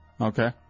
Okay